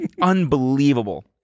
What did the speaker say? Unbelievable